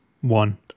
one